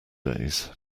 days